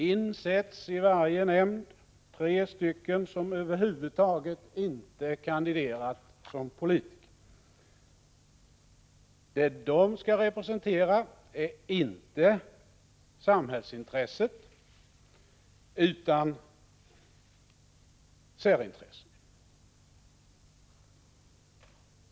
In sätts i varje nämnd tre stycken personer som över huvud taget inte kandiderat som politiker. Det de skall representera är inte samhällsintresset utan särintressen.